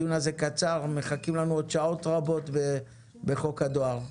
הדיון היום קצר ומחכות לנו עוד שעות רבות בחוק הדואר.